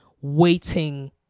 waiting